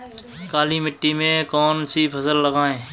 काली मिट्टी में कौन सी फसल लगाएँ?